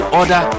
order